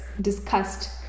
discussed